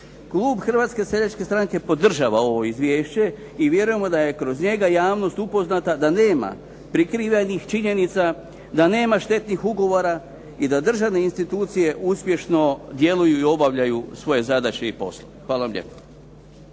Klub Hrvatske seljačke stranke podržava ovo izvješće i vjerujemo da je kroz njega javnost upoznata da nema prikrivenih činjenica, da nema štetnih ugovora i da državne institucije uspješno djeluju i obavljaju svoje zadaće i poslove. Hvala vam lijepo.